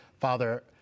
Father